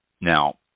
Now